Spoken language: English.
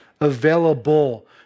available